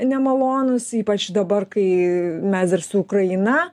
nemalonūs ypač dabar kai mes dar su ukraina